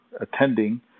attending